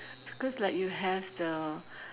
cause like you have the